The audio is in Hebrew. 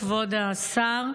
כבוד השר,